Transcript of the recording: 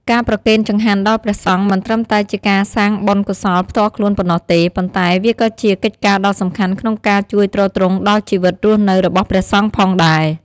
ការប្រគេនចង្ហាន់ដល់ព្រះសង្ឃមិនត្រឹមតែជាការសាងបុណ្យកុសលផ្ទាល់ខ្លួនប៉ុណ្ណោះទេ ប៉ុន្តែវាក៏ជាកិច្ចការដ៏សំខាន់ក្នុងការជួយទ្រទ្រង់ដល់ជីវិតរស់នៅរបស់ព្រះសង្ឃផងដែរ។